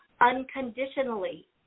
unconditionally